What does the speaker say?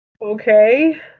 okay